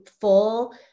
full